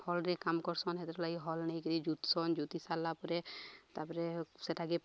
ହଲ୍ରେ କାମ କରସନ୍ ହେଥିର୍ଲାଗି ହଲ୍ ନେଇକିରି ଜୁତସନ୍ ଜୁତି ସାରିଲା ପରେ ତାପରେ ସେଟାକେ